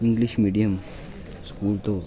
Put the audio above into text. English medium school To